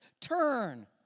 turn